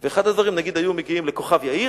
נגיד, לכוכב-יאיר,